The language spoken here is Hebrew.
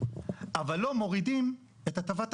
אבל לא מורידים את הטבת המס.